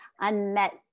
unmet